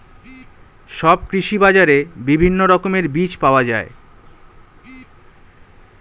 সব কৃষি বাজারে বিভিন্ন রকমের বীজ পাওয়া যায়